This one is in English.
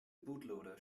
bootloader